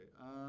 okay